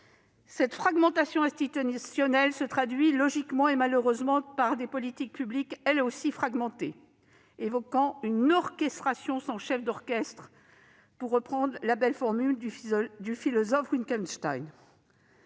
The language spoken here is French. Cette fragmentation institutionnelle se traduit logiquement, et malheureusement, par des politiques publiques elles aussi très fragmentées, évoquant une « orchestration sans chef d'orchestre », pour reprendre la belle formule du philosophe Wittgenstein.